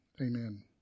amen